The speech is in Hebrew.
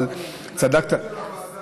נעביר את זה לוועדה.